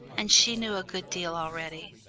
and she knew a good deal already.